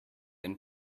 and